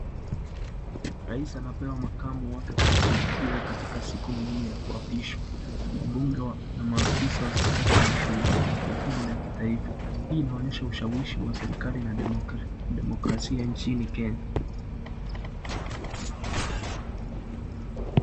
Rais amepewa makamu wake kumsindikiza katika siku muhimu ya kuapishwa, wabunge na maafisa wa serikali wanashuhudia tukio hili la kitaifa, hii inaonyesha ushawishi wa serikali na demokrasia nchini Kenya.